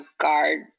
guard